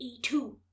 E2